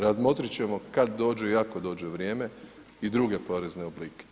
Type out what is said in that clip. Razmotrit ćemo kad dođe i ako dođe vrijeme i druge porezne oblike.